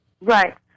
Right